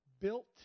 Built